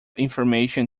information